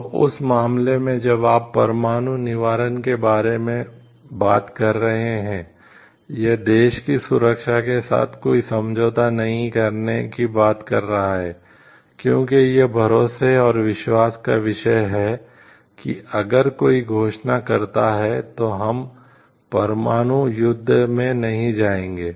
तो उस मामले में जब आप परमाणु निवारण के बारे में बात कर रहे हैं यह देश की सुरक्षा के साथ कोई समझौता नहीं करने की बात कर रहा हैक्योंकि यह भरोसे और विश्वास का विषय है कि अगर कोई घोषणा करता है तो हम परमाणु युद्ध में नहीं जाएंगे